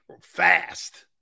Fast